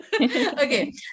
Okay